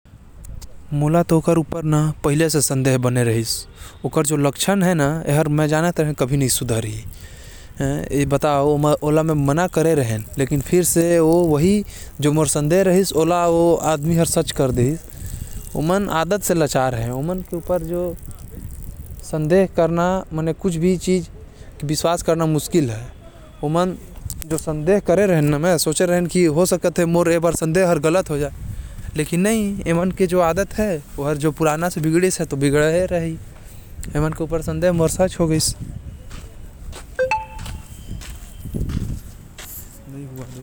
मोके ओकर ऊपर पहले से संदेह रहिस, मैं जानत रहेन ए अपन लक्षण नही सुधारी। मैं मना भी करे रहेन लेकिन मोर संदेह सही होगईस। संदेह मोर सच होगइस अउ जेकर उपर संदेह होथे फिर ओकर उपर हमन भरोसा नही कर पाथी।